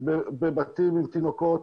בבתים עם תינוקות,